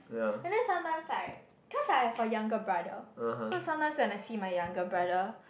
and then sometimes like cause I have a younger brother so sometimes when I see my younger brother